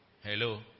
Hello